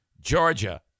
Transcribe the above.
Georgia